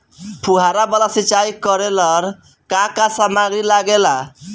फ़ुहारा वाला सिचाई करे लर का का समाग्री लागे ला?